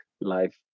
life